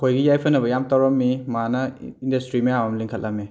ꯑꯩꯈꯣꯏꯒꯤ ꯌꯥꯏꯐꯅꯕ ꯌꯥꯝ ꯇꯧꯔꯝꯃꯤ ꯃꯥꯅ ꯏꯟꯗꯁꯇ꯭ꯔꯤ ꯃꯌꯥꯝ ꯑꯃ ꯂꯤꯡꯈꯠꯂꯝꯃꯤ